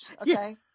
Okay